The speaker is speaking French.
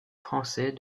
français